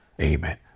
Amen